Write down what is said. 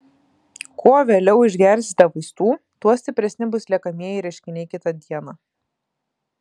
kuo vėliau išgersite vaistų tuo stipresni bus liekamieji reiškiniai kitą dieną